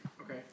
Okay